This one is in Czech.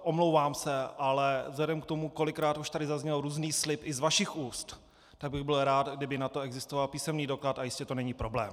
Omlouvám se, ale vzhledem k tomu, kolikrát už tady zazněl různý slib i z vašich úst, tak bych byl rád, kdyby na to existoval písemný doklad, a jistě to není problém.